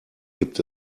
gibt